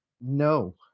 no